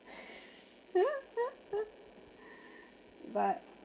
but